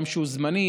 גם כשהוא זמני,